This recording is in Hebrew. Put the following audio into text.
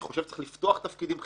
אני חושב שצריך לפתוח תפקידים בכירים,